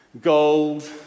gold